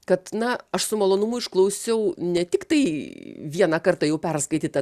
kad na aš su malonumu išklausiau ne tik tai vieną kartą jau perskaitytą